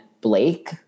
blake